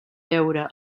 veure